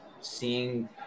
seeing